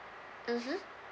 mmhmm